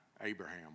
Abraham